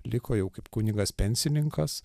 liko jau kaip kunigas pensininkas